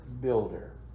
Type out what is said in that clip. builder